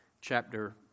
chapter